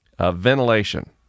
Ventilation